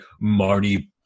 Marty